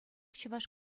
чӑваш